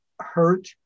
hurt